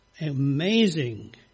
amazing